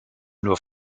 nur